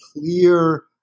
clear